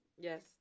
Yes